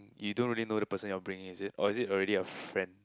you don't really know the person you are bring in is it or is it already a friend